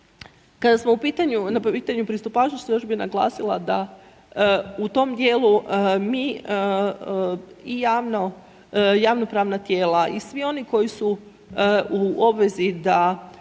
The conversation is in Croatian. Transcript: Kada smo na pitanju pristupačnosti, još bih naglasila da u tom dijelu mi i javno pravna tijela i svi oni koji su u obvezi da